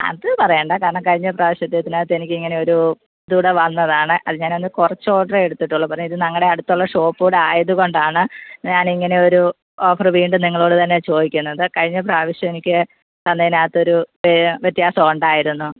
അത് പറയണ്ട കാരണം കഴിഞ്ഞ പ്രവശ്യത്തേതിനകത്ത് ഇങ്ങനെ ഒരു ഇതൂടെ വന്നതാണ് അത് ഞാനന്ന് കുറച്ചു ഓർഡറേ എടുത്തിട്ടുള്ളു ഇത് ഞങ്ങളുടെ അടുത്തുള്ള ഷോപ്പൂടെ ആയത്കൊണ്ടാണ് ഞാനിങ്ങനെ ഒരു ഓഫറ് വീണ്ടും നിങ്ങളോടുതന്നെ ചോദിക്കുന്നത് കഴിഞ്ഞ പ്രാവശ്യം എനിക്ക് തന്നതിനകത്തൊരു വ്യത്യാസമുണ്ടായിരുന്നു